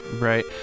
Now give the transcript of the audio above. Right